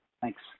Thanks